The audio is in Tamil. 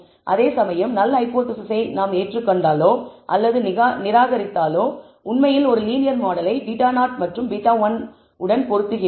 அதே சமயம் நல் ஹைபோதேசிஸை நாம் ஏற்றுக்கொண்டாலோ அல்லது நிராகரித்தாலோ நாம் உண்மையில் ஒரு லீனியர் மாடலை β0 மற்றும் β1 உடன் பொருத்துகின்றோம்